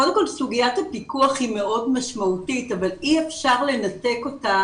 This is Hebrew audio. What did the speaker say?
קודם כל סוגיית הפיקוח היא מאוד משמעותית אבל אי אפשר לנתק אותה